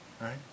right